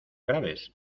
graves